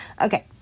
Okay